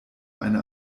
eine